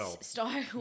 style